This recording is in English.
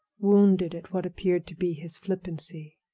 wounded at what appeared to be his flippancy.